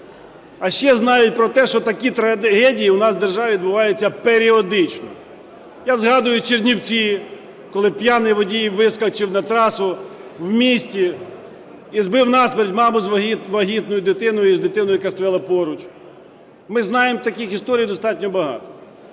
А ще знають про те, що такі трагедії у нас в державі відбуваються періодично. Я згадую Чернівці, коли п'яний водій вискочив на трасу в місті і збив насмерть маму вагітну з дитиною і дитину, яка стояла поруч. Ми знаємо таких історій достатньо багато.